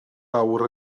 awr